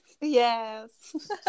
Yes